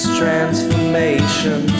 transformation